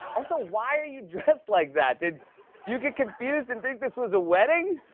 also, why are you dressed like that? did you get confused and think this was a wedding?